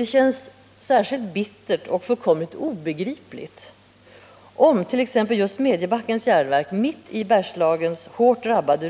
Det känns särskilt bittert och fullständigt obegripligt om t.ex. Smedjebackens Järnverk, mitt i Bergslagens hårt drabbade